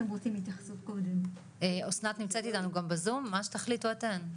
גם בזום, מה שתחליטו אתן.